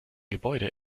gebäude